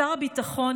שר הביטחון,